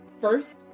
First